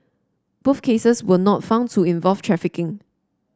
both cases were not found to involve trafficking